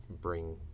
bring